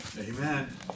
amen